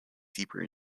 deeper